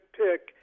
pick